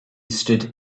stood